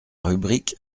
rubrique